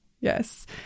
Yes